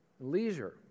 leisure